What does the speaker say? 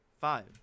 Five